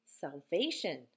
salvation